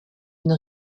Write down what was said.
une